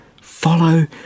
Follow